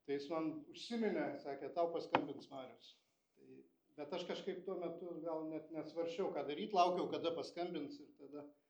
tai jis man užsiminė sakė tau paskambins marius tai bet aš kažkaip tuo metu gal net nesvarsčiau ką daryt laukiau kada paskambins ir tada